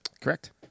Correct